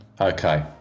Okay